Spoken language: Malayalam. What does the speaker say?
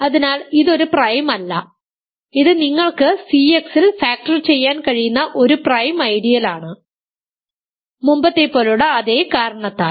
അതിനാൽ ഇത് ഒരു പ്രൈം അല്ല ഇത് നിങ്ങൾക്ക് CX ൽ ഫാക്ടർ ചെയ്യാൻ കഴിയുന്ന ഒരു പ്രൈം ഐഡിയലാണ് മുമ്പത്തെപ്പോലുള്ള അതേ കാരണത്താൽ